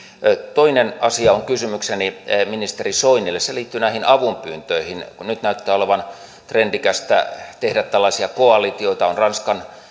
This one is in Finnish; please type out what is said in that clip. toinen asia on kysymykseni ministeri soinille se liittyy näihin avunpyyntöihin kun nyt näyttää olevan trendikästä tehdä tällaisia koalitioita on ranskan